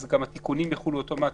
אז גם התיקונים יחולו אוטומטית.